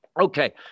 okay